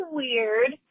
weird